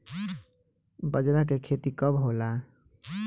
बजरा के खेती कब होला?